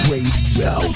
Radio